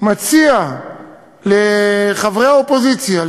מציע לחברי אופוזיציה,